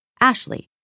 Ashley